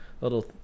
little